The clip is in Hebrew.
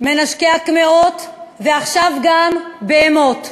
"מנשקי הקמעות", ועכשיו גם "בהמות".